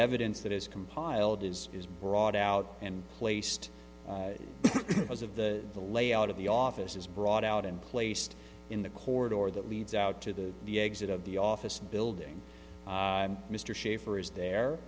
evidence that is compiled as is brought out and placed as of the the layout of the office is brought out and placed in the corridor that leads out to the the exit of the office building mr shaffer is